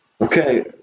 Okay